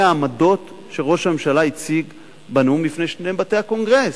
העמדות שראש הממשלה הציג בנאום בפני שני בתי הקונגרס.